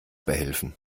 behelfen